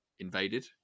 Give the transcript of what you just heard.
invaded